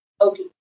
Okay